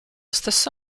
stesso